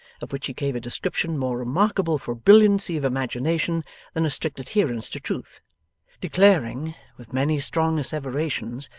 of which he gave a description more remarkable for brilliancy of imagination than a strict adherence to truth declaring, with many strong asseverations,